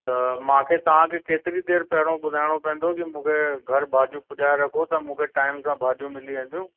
त मूंखे तव्हांखे केतिरी देर पहिरियों ॿुधाइणो पवंदो की मूंखे घरु भाॼियूं पुॼाए रखो त मूंखे टाइम सां भाॼियूं मिली वेंदियूं